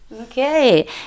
okay